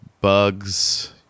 bugs